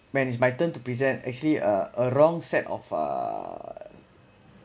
when it's my turn to present actually uh a wrong set of uh